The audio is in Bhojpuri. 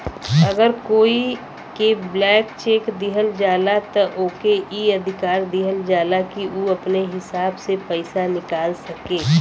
अगर कोई के ब्लैंक चेक दिहल जाला त ओके ई अधिकार दिहल जाला कि उ अपने हिसाब से पइसा निकाल सके